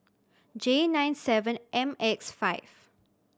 J nine seven M X five